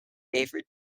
david